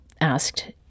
asked